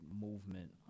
movement